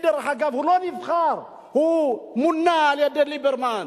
דרך אגב, הוא לא נבחר, הוא מונה על-ידי ליברמן.